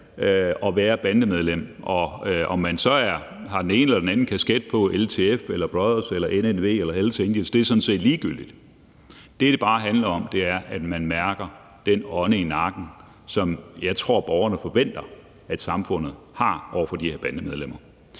at være bandemedlem. Om man så har den ene eller den anden kasket på – LTF eller Brothas eller NNV eller Hells Angels – er sådan set ligegyldigt. Det, det bare handler om, er, at de mærker politiets ånde i nakken, hvilket jeg tror borgerne forventer i forhold til de her bandemedlemmer.